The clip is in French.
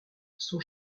sont